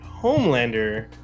homelander